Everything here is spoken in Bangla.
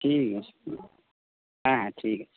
ঠিক আছে হ্যাঁ হ্যাঁ ঠিক আছে